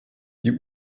die